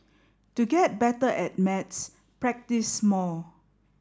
to get better at maths practise more